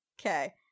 Okay